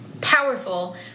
powerful